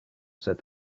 said